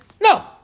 No